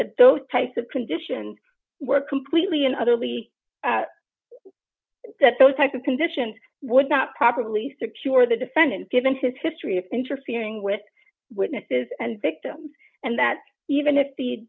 those types of conditions were completely and utterly that those type of conditions would not properly secure the defendant given his history of interfering with witnesses and victims and that even if the